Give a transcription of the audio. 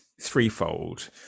threefold